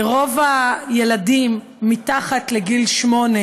רוב הילדים מתחת לגיל שמונה